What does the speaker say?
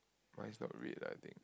mine is not red I think